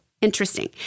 interesting